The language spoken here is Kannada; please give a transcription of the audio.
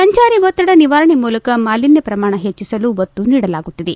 ಸಂಚಾರಿ ಒತ್ತಡ ನಿವಾರಣೆ ಮೂಲಕ ಮಾಲೀನ್ಯ ಪ್ರಮಾಣ ಹೆಚ್ಚಸಲು ಒತ್ತು ನೀಡಲಾಗುತ್ತಿದೆ